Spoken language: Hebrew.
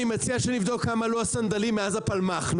אני מציע שנבדוק כמה עלו הסנדלים מאז הפלמ"ח.